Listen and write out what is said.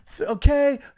Okay